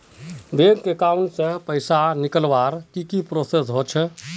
Bank account से पैसा निकालवर की की प्रोसेस होचे?